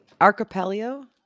archipelago